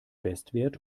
bestwert